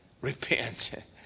repent